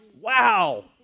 Wow